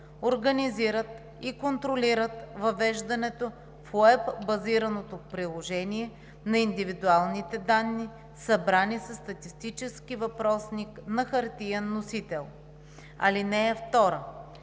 организират и контролират въвеждането в уеб-базираното приложение на индивидуалните данни, събрани със статистически въпросник на хартиен носител. (2)